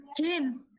Jim